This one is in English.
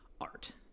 art